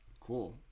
cool